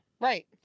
Right